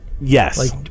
yes